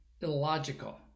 illogical